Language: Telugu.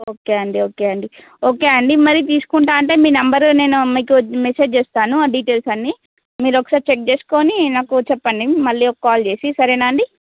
ఓకే అండి ఓకే అండి ఓకే అండి మరి తీసుకుంటా అంటే మీ నెంబర్ నేను మీకు మెసేజ్ చేస్తాను ఆ డీటెయిల్స్ అన్నీ మీరు ఒకసారి చెక్ చేసుకుని నాకు చెప్పండి మళ్ళీ ఒక కాల్ చేసి సరే అండి